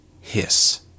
Hiss